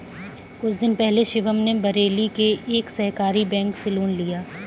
कुछ दिन पहले शिवम ने बरेली के एक सहकारी बैंक से लोन लिया